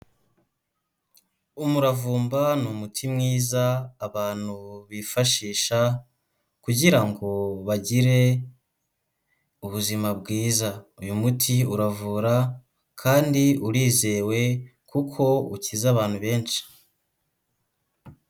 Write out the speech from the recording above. Umuravumba ni umuti mwiza abantu bifashisha kugira ngo bagire ubuzima bwiza, uyu muti uravura kandi urizewe kuko ukiza abantu benshi.